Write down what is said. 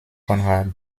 conrad